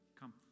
come